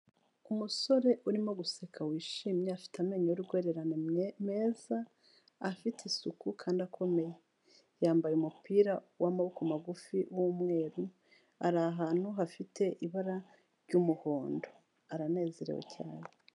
Umusore urimo guseka wishimye, afite amenyo y'urwererane meza, afite isuku kandi akomeye, yambaye umupira w'amaboko magufi w'umweru ari ahantu hafite ibara ry'umuhondo, aranezerewe cyane.